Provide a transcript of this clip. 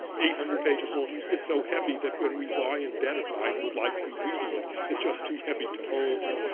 eight hundred pages long, it's so heavy that when we lie in bed at night and would like to be reading it, it's just too heavy to hold and